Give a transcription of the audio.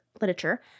literature